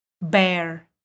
Bear